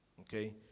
Okay